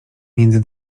między